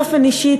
באופן אישי,